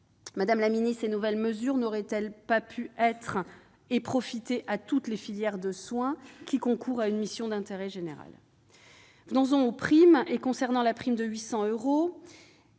Madame la ministre, ces nouvelles mesures n'auraient-elles pas pu profiter à toutes les filières de soins qui concourent à une mission d'intérêt général ?